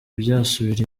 byasubira